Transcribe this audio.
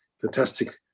fantastic